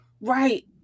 right